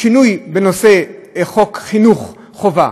שינוי בנושא חוק חינוך חובה,